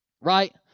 Right